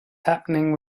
happening